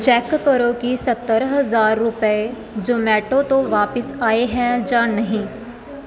check ਕਰੋ ਕਿ ਸੱਤਰ ਹਜ਼ਾਰ ਰੁਪਏ ਜ਼ੋਮੈਟੋ ਤੋਂ ਵਾਪਿਸ ਆਏ ਹੈ ਜਾਂ ਨਹੀਂ